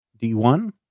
D1